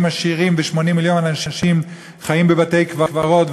עשירים ו-80 מיליון אנשים שחיים בבתי-קברות,